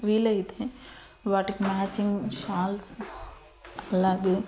వీలైతే వాటికి matching shawls అలాగే